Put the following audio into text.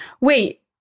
wait